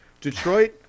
Detroit